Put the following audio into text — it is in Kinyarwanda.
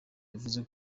yavuze